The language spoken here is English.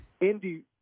Indy